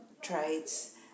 traits